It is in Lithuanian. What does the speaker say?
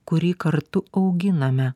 kurį kartu auginame